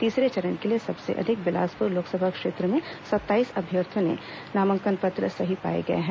तीसरे चरण के लिए सबसे अधिक बिलासपुर लोकसभा क्षेत्र में सत्ताईस अभ्यर्थियों के नामांकन पत्र सही पाए गए हैं